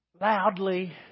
loudly